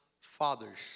father's